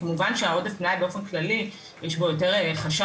כמובן שהעודף מלאי באופן כללי, יש בו יותר חשש.